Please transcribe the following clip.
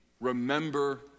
remember